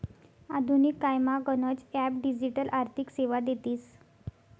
आधुनिक कायमा गनच ॲप डिजिटल आर्थिक सेवा देतीस